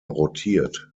rotiert